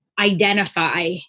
identify